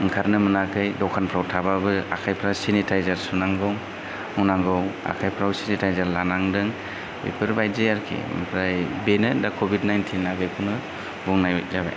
ओंखारनो मोनाखै दखानफ्राव थाबाबो आखायफ्रा सेनिटाइजार सुनांगौ हुनांगौ आखायफ्राव सेनिटाइजार लानांदों बेफोरबायदि आरोखि आमफ्राय बेनो दा कभिड नाइनटिन आ बेखौनो बुंनाय जाबाय